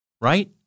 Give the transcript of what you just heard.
Right